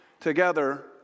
together